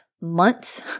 months